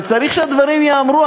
וצריך שהדברים ייאמרו.